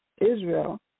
Israel